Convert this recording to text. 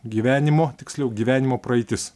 gyvenimo tiksliau gyvenimo praeitis